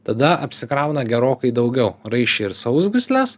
tada apsikrauna gerokai daugiau raiščiai ir sausgyslės